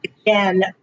again